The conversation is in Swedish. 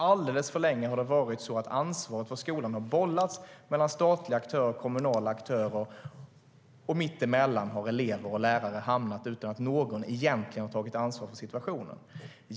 Alldeles för länge har det varit så att ansvaret för skolan har bollats mellan statliga och kommunala aktörer, och mittemellan har elever och lärare hamnat utan att någon egentligen har tagit ansvar för situationen.